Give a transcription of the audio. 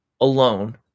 alone